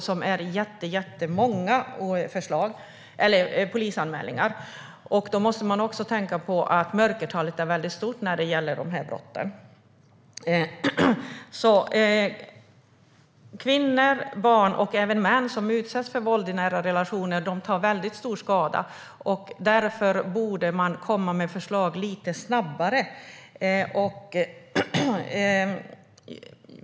Det finns jättemånga polisanmälningar, och man måste också tänka på att mörkertalet är stort när det gäller de här brotten. Kvinnor, barn och även män som utsätts för våld i nära relationer tar stor skada. Därför borde man komma med förslag lite snabbare.